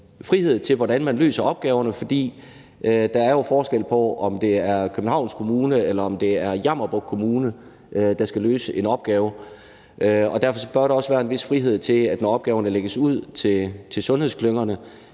frihed i, hvordan man løser opgaverne, for der er jo forskel på, om det er Københavns Kommune eller det er Jammerbugt Kommune, der skal løse en opgave. Derfor bør der også være en vis frihed til, at når opgaverne lægges ud til sundhedsklyngerne,